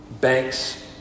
banks